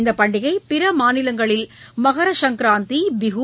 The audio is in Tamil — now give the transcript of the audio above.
இந்த பண்டிகை பிற மாநிலங்களில் மகரசங்கராந்தி பிஹூ